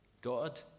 God